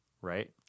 right